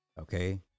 Okay